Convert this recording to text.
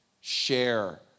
Share